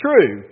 true